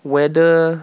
whether